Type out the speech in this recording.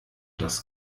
das